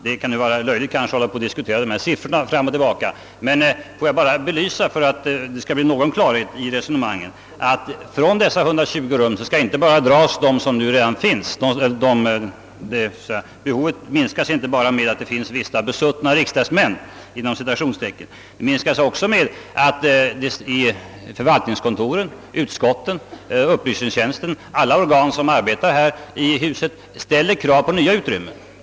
Det kanske kan vara löjligt att diskutera dessa siffror fram och tillbaka, men får jag bara, för att det skall bli någon klarhet i resonemangen, framhålla att beträffande belastningen på dessa 120 rum skall inte bara frånräknas de som redan har rum. Förvaltningskontoret, utskotten, upplysningstjänsten, alla organ som arbetar här i huset, ställer dessutom krav på nya utrymmen.